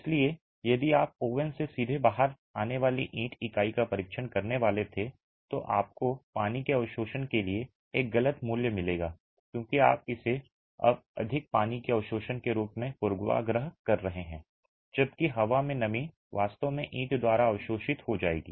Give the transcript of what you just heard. इसलिए यदि आप ओवन से सीधे बाहर आने वाली ईंट इकाई का परीक्षण करने वाले थे तो आपको पानी के अवशोषण के लिए एक गलत मूल्य मिलेगा क्योंकि आप इसे अब अधिक पानी के अवशोषण के रूप में पूर्वाग्रह कर रहे हैं जबकि हवा में नमी वास्तव में ईंट द्वारा अवशोषित हो जाएगी